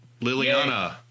Liliana